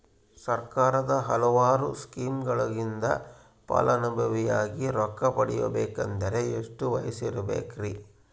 ಸರ್ಕಾರದ ಹಲವಾರು ಸ್ಕೇಮುಗಳಿಂದ ಫಲಾನುಭವಿಯಾಗಿ ರೊಕ್ಕ ಪಡಕೊಬೇಕಂದರೆ ಎಷ್ಟು ವಯಸ್ಸಿರಬೇಕ್ರಿ?